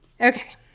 Okay